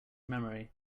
memory